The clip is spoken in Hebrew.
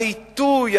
העיתוי,